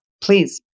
Please